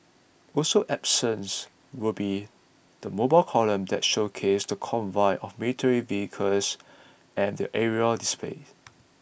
also absence will be the mobile column that showcases the convoy of military vehicles and the aerial displays